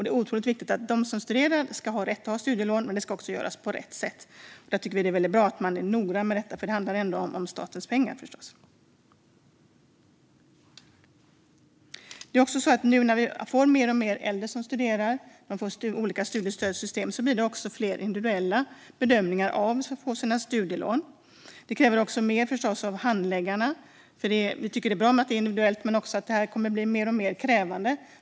Det är otroligt viktigt att de som studerar ska ha rätt till studielån men att det görs på rätt sätt. Vi tycker förstås att det är väldigt bra att man är noggrann med detta, för det handlar ändå om statens pengar. Nu när vi får fler och fler äldre som studerar och olika studiestödssystem blir det fler individuella bedömningar av vem som får studielån. Det kräver förstås mer av handläggarna. Vi tycker att det är bra att det är individuellt, men det kommer att bli mer och mer krävande.